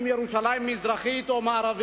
בשאלה אם ירושלים היא מזרחית או מערבית.